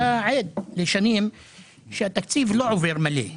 אתה עד לכך ששנים התקציב לא עובר מלא.